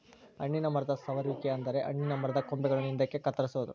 ಹಣ್ಣಿನ ಮರದ ಸಮರುವಿಕೆ ಅಂದರೆ ಹಣ್ಣಿನ ಮರದ ಕೊಂಬೆಗಳನ್ನು ಹಿಂದಕ್ಕೆ ಕತ್ತರಿಸೊದು